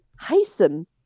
hasten